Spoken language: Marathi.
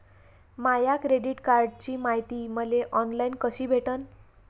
माया क्रेडिट कार्डची मायती मले ऑनलाईन कसी भेटन?